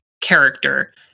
character